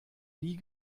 nie